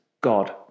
God